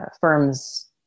firm's